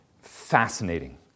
fascinating